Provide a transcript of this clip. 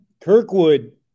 Kirkwood